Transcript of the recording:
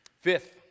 Fifth